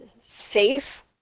safe